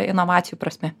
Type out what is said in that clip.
inovacijų prasme